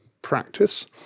Practice